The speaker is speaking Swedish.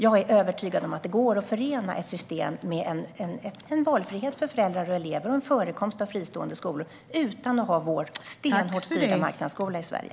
Jag är övertygad om att det går att skapa ett system som förenar valfrihet för föräldrar och elever med en förekomst av fristående skolor utan att ha vår stenhårt styrda marknadsskola i Sverige.